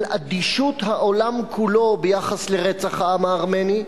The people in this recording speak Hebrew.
על אדישות העולם כולו ביחס לרצח העם הארמני,